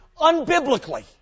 unbiblically